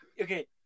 Okay